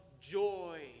joy